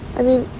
i mean,